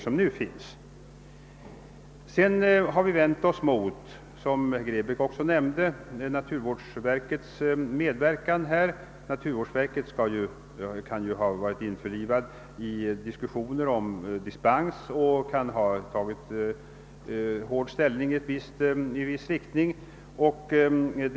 Vidare har vi, som herr Grebäck nämnde, också vänt oss mot naturvårdsverkets medverkan i dessa sammanhang. Verkets tjänstemän kan ju ha varit inblandade i diskussioner om dispenser och liknande och kan då ha bundit sig för ett ställningstagande i viss riktning.